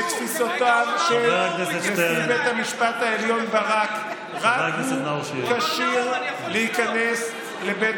של וטו של שופטי בית המשפט העליון על מי יזכה להיכנס בשערי בית